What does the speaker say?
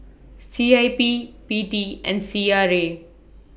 C I P P T and C R A